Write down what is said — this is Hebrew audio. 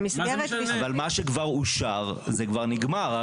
אבל מה שכבר אושר, זה כבר נגמר.